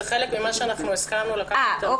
זה חלק ממה שהסכמנו לקחת על עצמנו.